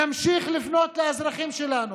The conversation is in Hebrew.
נמשיך לפנות לאזרחים שלו,